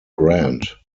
grant